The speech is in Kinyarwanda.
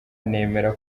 nemera